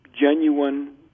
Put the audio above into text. genuine